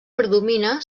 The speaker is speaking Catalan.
predomina